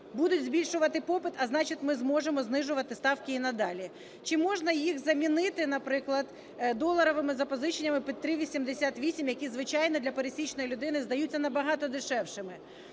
будуть збільшувати попит, а значить ми зможемо знижувати ставки і надалі. Чи можна їх замінити, наприклад, доларовими запозиченнями під 3,88, які звичайні для пересічної людини здаються на багато дешевшими?